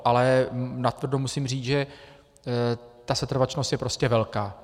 Ale natvrdo musím říct, že setrvačnost je prostě velká.